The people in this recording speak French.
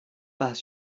pas